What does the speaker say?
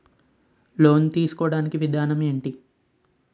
Loan తీసుకోడానికి విధానం ఏంటి?